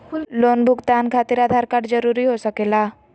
Loan भुगतान खातिर Aadhaar card जरूरी हो सके ला?